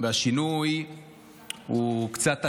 השינוי הוא קצת הטעיה.